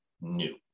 new